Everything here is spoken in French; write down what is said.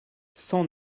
cent